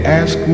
ask